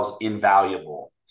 invaluable